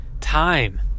Time